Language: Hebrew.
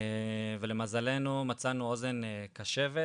ולמזלנו מצאנו אוזן קשבת